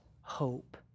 hope